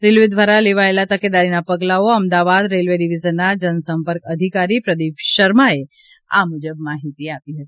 railway દ્વારા લેવાયેલા તકેદારીના પગલાઓ અમદાવાદ રેલ્વે ડીવીઝનના જનસંપર્ક અધિકારી પ્રદિપ શર્માએ આ મુજબ માહિતી આપી હતી